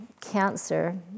cancer